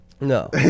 No